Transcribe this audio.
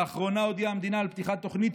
לאחרונה הודיעה המדינה על פתיחת תוכנית